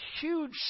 huge